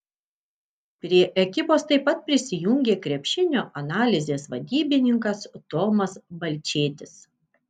prie ekipos taip pat prisijungė krepšinio analizės vadybininkas tomas balčėtis